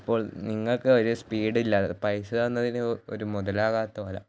അപ്പോൾ നിങ്ങൾക്ക് ഒരു സ്പീഡ് ഇല്ല പൈസ തന്നതിന് ഒരു മുതലാകാത്തത് പോലെ